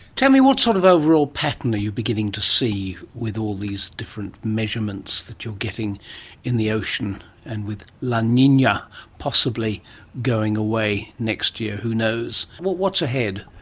tell me, what sort of overall pattern are you beginning to see with all these different measurements that you're getting in the ocean and with la nina possibly going away next year, who knows? what's ahead?